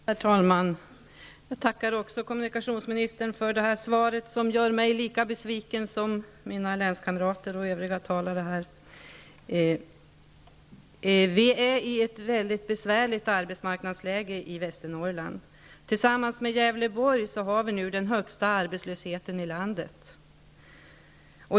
Herr talman! Även jag tackar kommunikationsministern för svaret, som gör mig lika besviken som det gjort mina länskamrater och övriga talare här. Vi har ett mycket besvärligt arbetsmarknadsläge i Västernorrland. Tillsammans med Gävleborg har vi nu den högsta arbetslösheten i landet.